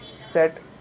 set